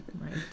Right